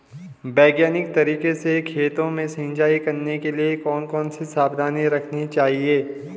वैज्ञानिक तरीके से खेतों में सिंचाई करने के लिए कौन कौन सी सावधानी रखनी चाहिए?